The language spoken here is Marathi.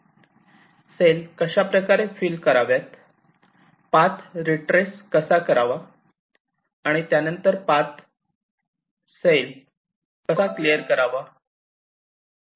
सेल कशाप्रकारे फिल कराव्यात पाथ रीट्रेस कसा करावा आणि त्यानंतर पाथ सेल कसा क्लिअर करावा